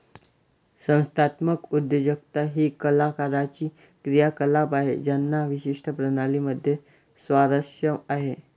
संस्थात्मक उद्योजकता ही कलाकारांची क्रियाकलाप आहे ज्यांना विशिष्ट प्रणाली मध्ये स्वारस्य आहे